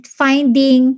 finding